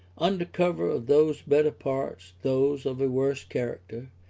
under cover of those better parts those of a worse character,